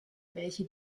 welche